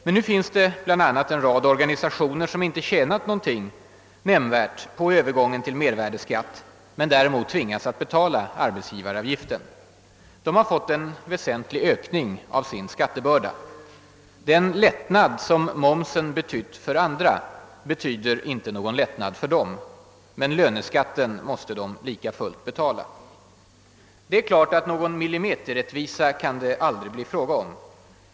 Men det finns en rad organisationer som inte har tjänat någonting nämnvärt på övergången till mervärdeskatt men däremot tvingas betala arbetsgivaravgiften. De har fått en väsentlig ökning av sin skattebörda. Den lättnad som momsen betytt för andra finns inte för dem. Men löneskatten måste de likafullt betala. Det är klart att det aldrig kan bli fråga om någon millimeterrättvisa.